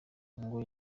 ngo